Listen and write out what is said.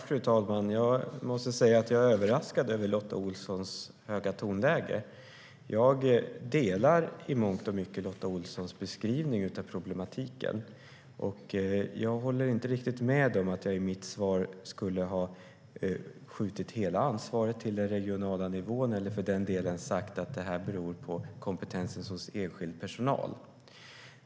Fru talman! Jag måste säga att jag är överraskad över Lotta Olssons höga tonläge. Jag delar i mångt och mycket Lotta Olssons beskrivning av problematiken. Men jag håller inte riktigt med om att jag i mitt svar skulle ha skjutit hela ansvaret till den regionala nivån eller för den delen sagt att det här beror på kompetensen hos enskild personal.